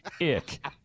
Ick